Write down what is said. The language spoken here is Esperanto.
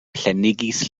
plenigis